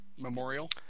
Memorial